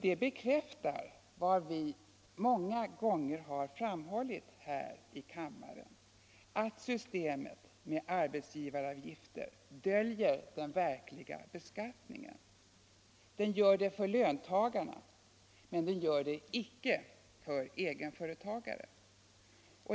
Det bekräftar vad vi många gånger har framhållit här i kammaren — att systemet med arbetsgivaravgifter döljer den verkliga beskattningen för löntagare. Detta gäller däremot icke för egenföretagare.